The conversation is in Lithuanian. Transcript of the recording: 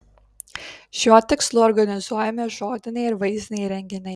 šiuo tikslu organizuojami žodiniai ir vaizdiniai renginiai